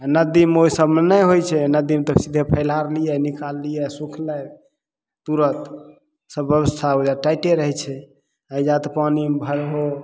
नदीमे ओइ सबमे नहि होइ छै नदीमे तऽ सीधे फैलाहरलियै निकालि लियै सूखलय तुरत सब व्यवस्था ओइजाँ टाइटे रहय छै अइजाँ तऽ पानिमे भरहो